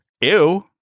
Ew